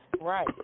Right